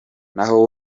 naho